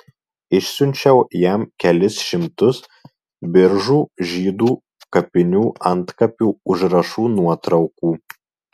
išsiunčiau jam kelis šimtus biržų žydų kapinių antkapių užrašų nuotraukų